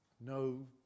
No